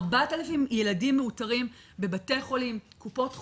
4,000 ילדים מאותרים בבתי חולים, קופות חולים.